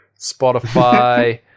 Spotify